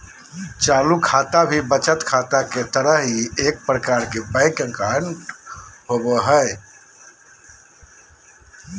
चालू खाता भी बचत खाता के तरह ही एक प्रकार के बैंक अकाउंट होबो हइ